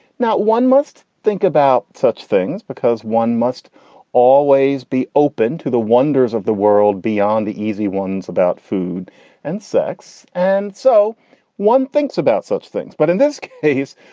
not one must think about such things because one must always be open to the wonders of the world beyond the easy ones about food and sex. and so one thinks about such things. but in this case,